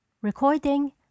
Recording